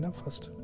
first